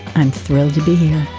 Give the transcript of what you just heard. i'm thrilled to be here.